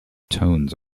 tones